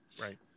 right